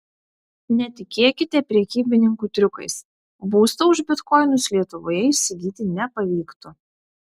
netikėkite prekybininkų triukais būsto už bitkoinus lietuvoje įsigyti nepavyktų